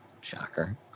shocker